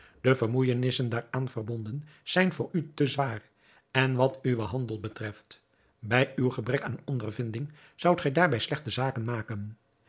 de vermoeijenissen daaraan verbonden zijn voor u te zwaar en wat uwen handel betreft bij uw gebrek aan ondervinding zoudt gij daarbij slechte zaken maken